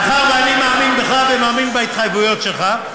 מאחר שאני מאמין בך ומאמין בהתחייבויות שלך,